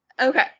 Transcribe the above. Okay